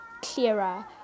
clearer